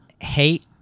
hate